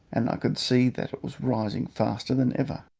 and i could see that it was rising faster than ever.